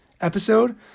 episode